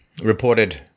reported